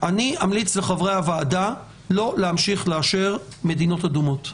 אני אמליץ לחברי הוועדה לא להמשיך לאשר מדינות אדומות.